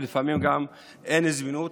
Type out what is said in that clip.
ולפעמים גם אין זמינות,